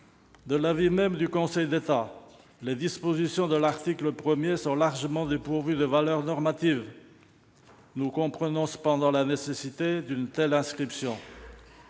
De l'avis même du Conseil d'État, les dispositions de l'article 1 sont largement dépourvues de valeur normative. Nous comprenons cependant la nécessité d'une telle inscription.